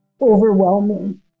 overwhelming